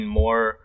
more